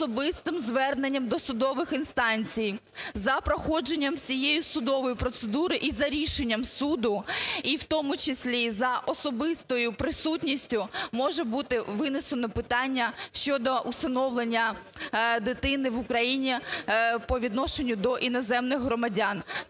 особистим зверненням до судових інстанцій, за проходженням всієї судової процедури і за рішення суду, і в тому числі за особистою присутністю може бути винесено питання щодо усиновлення дитини в Україні по відношенню до іноземних громадян.